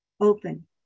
open